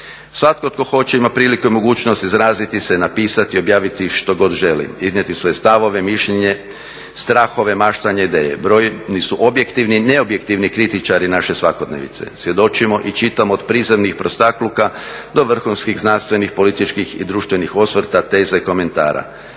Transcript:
Svatko tko hoće ima priliku i mogućnost izraziti se, napisati i objaviti što god želi. Iznijeti svoje stavove, mišljenje, strahove, maštanje i ideje. Brojni su objektivni i neobjektivni kritičari naše svakodnevnice. Svjedočimo i čitamo od prizemnih prostakluka do vrhunskih znanstvenih, političkih i društvenih osvrta, teza i komentara.